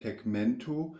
tegmento